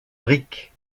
briques